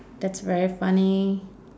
that's very funny